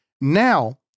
Now